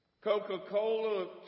Coca-Cola